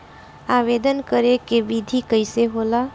आवेदन करे के विधि कइसे होला?